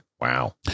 Wow